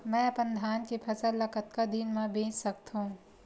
मैं अपन धान के फसल ल कतका दिन म बेच सकथो?